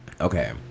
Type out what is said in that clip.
Okay